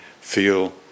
feel